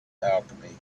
alchemy